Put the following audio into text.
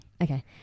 Okay